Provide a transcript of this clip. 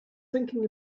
thinking